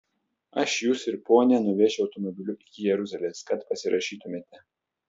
aš jus ir ponią nuvešiu automobiliu iki jeruzalės kad pasirašytumėte